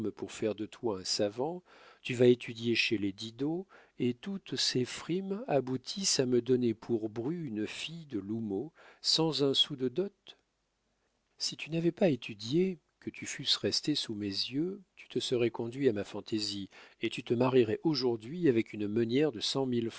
pour faire de toi un savant tu vas étudier chez les didot et toutes ces frimes aboutissent à me donner pour bru une fille de l'houmeau sans un sou de dot si tu n'avais pas étudié que tu fusses resté sous mes yeux tu te serais conduit à ma fantaisie et tu te marierais aujourd'hui avec une meunière de